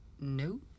No